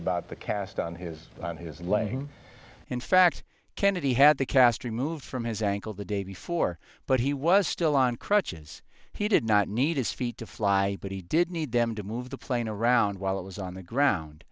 about the cast on his on his laying in fact kennedy had the cast removed from his ankle the day before but he was still on crutches he did not need his feet to fly but he did need them to move the plane around while it was on the ground